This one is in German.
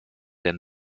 der